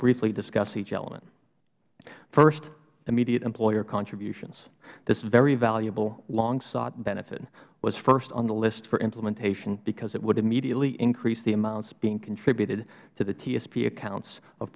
briefly discuss each element first immediate employer contributions this very valuable longsought benefit was first on the list for implementation because it would immediately increase the amounts being contributed to the tsp accounts of